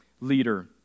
leader